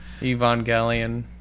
Evangelion